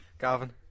Gavin